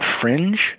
fringe